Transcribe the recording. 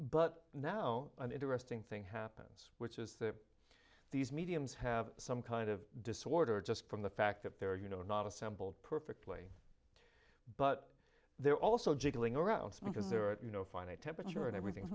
but now an interesting thing happens which is that these mediums have some kind of disorder just from the fact that they're you know not assembled perfectly but they're also jiggling around some because they're at you know finite temperature and everything